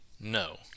No